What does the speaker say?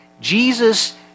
Jesus